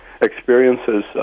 experiences